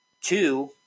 two